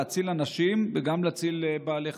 להציל אנשים וגם להציל בעלי חיים.